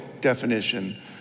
definition